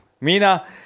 Mina